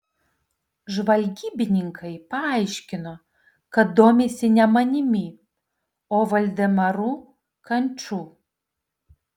žvalgybininkai paaiškino kad domisi ne manimi o valdemaru kanču